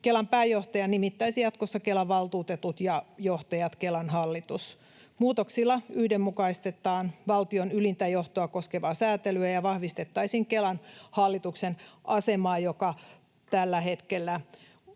Kelan pääjohtajan nimittäisivät jatkossa Kelan valtuutetut ja johtajat, Kelan hallitus. Muutoksilla yhdenmukaistetaan valtion ylintä johtoa koskevaa sääntelyä ja vahvistettaisiin Kelan hallituksen asemaa, joka tällä hetkellä on aika